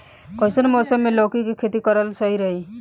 कइसन मौसम मे लौकी के खेती करल सही रही?